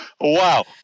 Wow